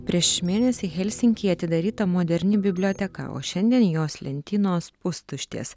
prieš mėnesį helsinkyje atidaryta moderni biblioteka o šiandien jos lentynos pustuštės